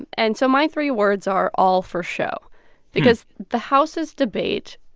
and and so my three words are all for show because the house's debate,